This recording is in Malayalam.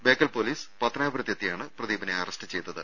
ബേക്കൽ പൊലീസ് പത്തനാപുരത്തെത്തിയാണ് പ്രദീപിനെ അറസ്റ്റ് ചെയ്തത്